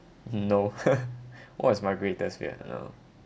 no what is my greatest fear you know